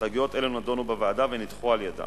הסתייגויות אלו נדונו בוועדה ונדחו על-ידה.